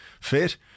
fit